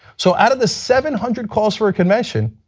so out of the seven hundred calls for convention,